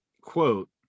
Quote